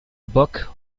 book